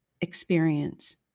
experience